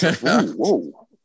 Whoa